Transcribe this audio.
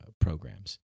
programs